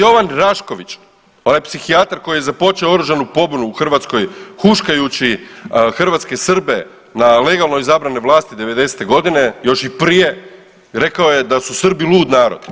Rekao je Jovan Rašković onaj psihijatar koji je započeo oružanu pobunu u Hrvatskoj huškajući hrvatske Srbe na legalno izabrane vlasti '90. godine još i prije, rekao je da su Srbi lud narod.